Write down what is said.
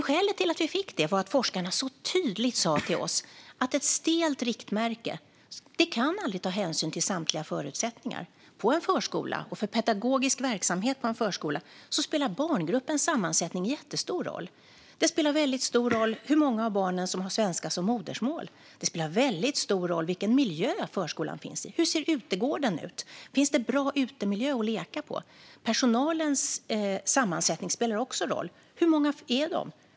Skälet till att vi fick det var att forskarna så tydligt sa till oss att ett stelt riktmärke aldrig kan ta hänsyn till samtliga förutsättningar på en förskola. För en pedagogisk verksamhet på en förskola spelar barngruppens sammansättning en jättestor roll. Det spelar väldigt stor roll hur många av barnen som har svenska som modersmål. Det spelar väldigt stor roll vilken miljö förskolan finns i. Hur ser utegården ut? Finns det en bra utemiljö att leka i? Personalens sammansättning spelar också roll. Hur många är de?